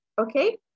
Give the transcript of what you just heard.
okay